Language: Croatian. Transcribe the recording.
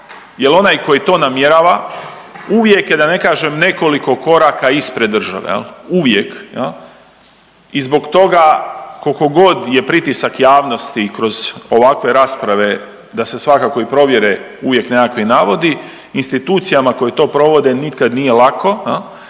jer onaj koji to namjerava uvijek je da ne kažem nekoliko koraka ispred države jel, uvijek jel. I zbog toga koliko god je pritisak javnosti kroz ovakve rasprave da se svakako i provjere uvijek nekakvi navodi institucijama koje to provode nikad nije lako